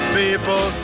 people